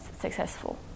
successful